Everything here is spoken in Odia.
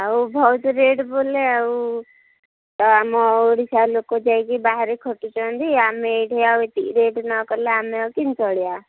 ଆଉ ବହୁତ ରେଟ୍ ବୋଲେ ଆଉ ତ ଆମ ଓଡ଼ିଶା ଲୋକ ଯାଇକି ବାହାରେ ଖଟୁଛନ୍ତି ଆମେ ଏଇଠି ଆଉ ଏତିକି ରେଟ୍ ନ କଲେ ଆମେ ଆଉ କେନ୍ତି ଚଳିବା